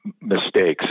mistakes